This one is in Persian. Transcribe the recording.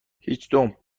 هیچدوم